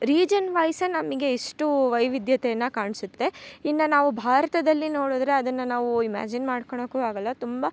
region wise ನಮಗೆ ಇಷ್ಟೂ ವೈವಿಧ್ಯತೆಯನ್ನ ಕಾಣಿಸುತ್ತೆ ಇನ್ನು ನಾವು ಭಾರತದಲ್ಲಿ ನೋಡಿದ್ರೆ ಅದನ್ನು ನಾವು ಇಮಾಜಿನ್ ಮಾಡ್ಕೊಳೊಕ್ಕು ಆಗೋಲ್ಲ ತುಂಬ